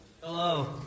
Hello